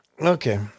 Okay